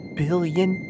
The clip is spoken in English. billion